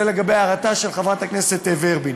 זה לגבי הערתה של חברת הכנסת ורבין.